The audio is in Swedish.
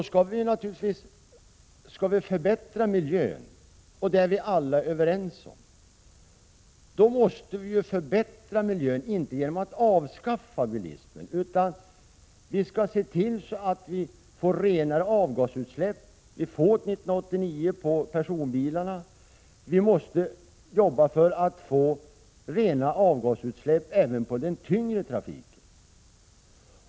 Skall vi förbättra miljön, vilket vi alla är överens om, måste vi göra det inte genom att avskaffa bilismen utan genom att se till att vi får renare avgasutsläpp. Det får vi 1989 på personbilarna, och vi måste jobba för att få renare avgasutsläpp även från den tyngre trafiken.